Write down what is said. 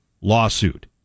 lawsuit